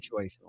situational